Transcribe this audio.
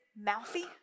mouthy